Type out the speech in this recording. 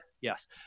Yes